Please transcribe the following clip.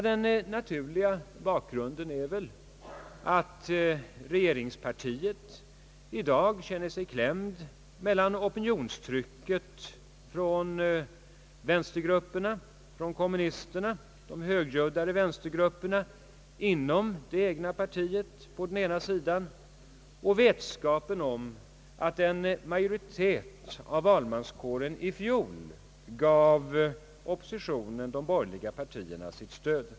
Den naturliga bakgrunden är, att regeringspartiet i dag känner sig klämt mellan opinionstrycket från vänstergrupperna, från kommunisterna och de högljuddare vänstergrupperna inom det egna partiet, å ena sidan och vetskapen å andra sidan om att en majoritet av valmanskåren i fjol gav oppositionen, d. v. s. de borgerliga partierna, sitt stöd.